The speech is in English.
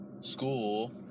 school